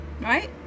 Right